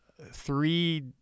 three